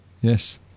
Yes